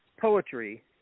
poetry